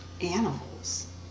animals